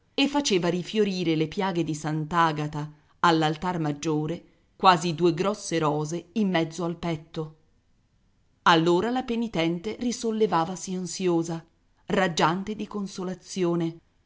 e faceva rifiorire le piaghe di sant'agata all'altar maggiore quasi due grosse rose in mezzo al petto allora la penitente risollevavasi ansiosa raggiante di consolazione